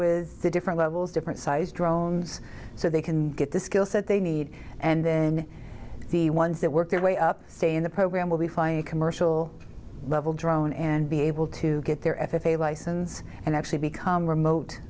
with the different levels different size drones so they can get the skills that they need and then the ones that work their way up say in the program will be flying a commercial level drone and be able to get their f a a license and actually become remote